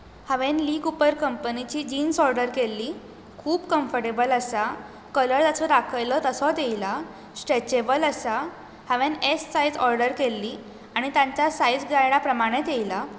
हांवें Lee Cooper कंपनीची jeans order केल्ली खूब कम्फर्टेबल आसा कलर तेचो दाखयल्लो तसोच येला स्ट्रेचेबल आसा हांवें एस सायज ऑर्डर केल्ली आनी तेंच्या सायज गायडा प्रमाणेच येयला